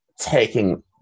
taking